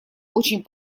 очень